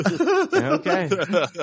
Okay